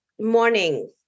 morning